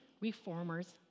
reformers